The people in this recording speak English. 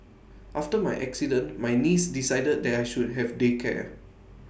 after my accident my niece decided that I should have day care